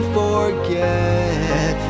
forget